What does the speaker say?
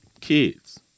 kids